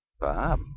Bob